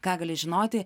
ką gali žinoti